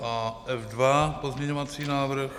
A F2 pozměňovací návrh.